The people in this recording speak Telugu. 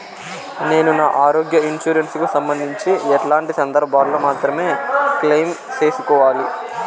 నేను నా ఆరోగ్య ఇన్సూరెన్సు కు సంబంధించి ఎట్లాంటి సందర్భాల్లో మాత్రమే క్లెయిమ్ సేసుకోవాలి?